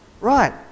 right